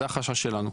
זה החשש שלנו.